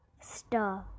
stir